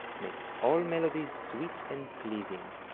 makes all melodies sweet and pleasing.